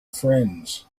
friends